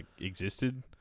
existed